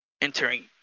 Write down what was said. entering